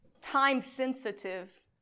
time-sensitive